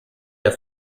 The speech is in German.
der